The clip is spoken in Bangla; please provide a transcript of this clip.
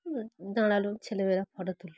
দাঁড়ালো ছেলে মেয়েরা ফটো তুললো